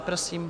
Prosím.